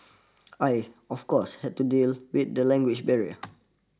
I of course had to deal with the language barrier